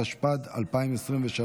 התשפ"ד 2023,